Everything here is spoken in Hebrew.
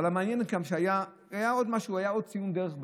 אבל היה עוד משהו, עוד ציון דרך באמצע: